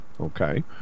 Okay